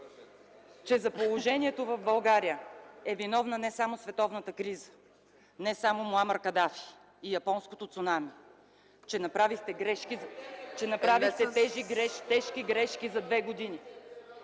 че за положението в България е виновна не само световната криза, не само Муамар Кадафи и японското цунами, че направихте тези тежки грешки за две години.